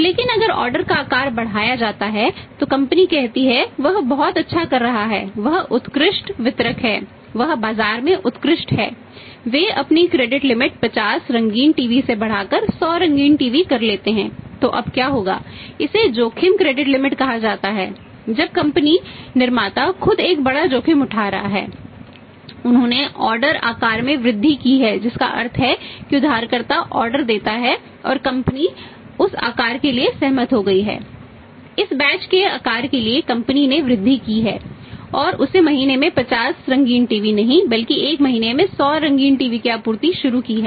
लेकिन अगर ऑर्डर उस आकार के लिए सहमत हो गई है